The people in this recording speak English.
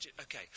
Okay